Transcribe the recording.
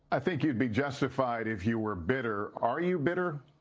i think you would be justified if you were bitter are you bitter